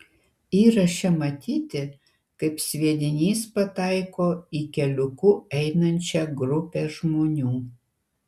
įraše matyti kaip sviedinys pataiko į keliuku einančią grupę žmonių